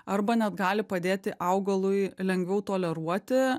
arba net gali padėti augalui lengviau toleruoti